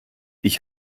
ich